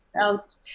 out